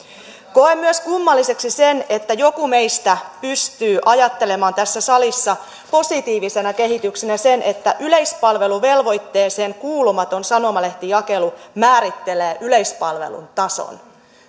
koen kummalliseksi myös sen että joku meistä pystyy ajattelemaan tässä salissa positiivisena kehityksenä sitä että yleispalveluvelvoitteeseen kuulumaton sanomalehtijakelu määrittelee yleispalvelun tason